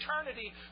eternity